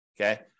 Okay